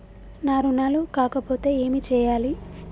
నా రుణాలు కాకపోతే ఏమి చేయాలి?